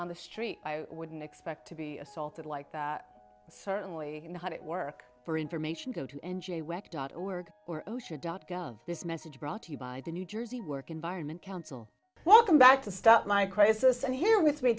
on the street i wouldn't expect to be assaulted like that certainly not it work for information go to n j week dot org or osha dot gov this message brought to you by the new jersey work environment council welcome back to start my crisis and here with me